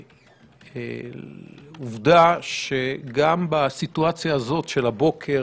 העובדה שגם בסיטואציה הזאת של הבוקר,